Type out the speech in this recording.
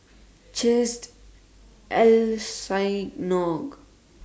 Chesed El Synagogue